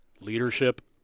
leadership